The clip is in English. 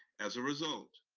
as a result,